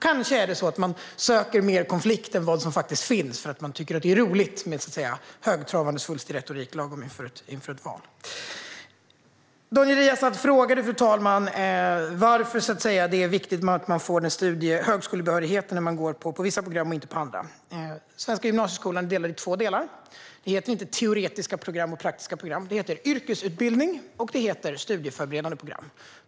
Kanske är det så att man söker mer konflikt än vad som faktiskt finns därför att man tycker att det är roligt med högtravande och svulstig retorik lagom till ett val. Daniel Riazat frågade varför det är viktigt att man får högskolebehörighet när man går vissa program men inte andra, fru talman. Den svenska gymnasieskolan är delad i två delar. Det heter inte teoretiska program och praktiska program, utan det heter yrkesutbildning och studieförberedande program.